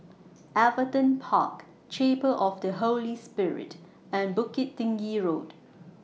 Everton Park Chapel of The Holy Spirit and Bukit Tinggi Road